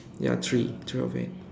ya three three of it